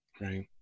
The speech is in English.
Right